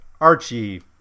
Archie